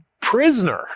prisoner